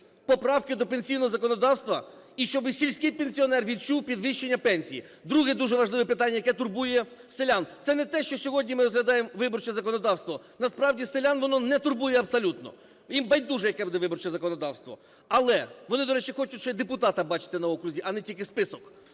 поправки до пенсійного законодавства, і щоб сільський пенсіонер відчув підвищення пенсії. Друге дуже важливе питання, яке турбує селян. Це не те, що сьогодні ми розглядаємо – виборче законодавство, насправді, селян воно не турбує абсолютно. Їм байдуже, яке буде виборче законодавство. Але вони, до речі, хочуть ще й депутата бачити на окрузі, а не тільки список.